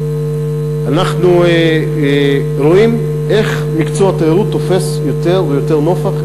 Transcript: אנחנו רואים איך מקצוע התיירות תופס יותר ויותר נפח,